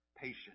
patience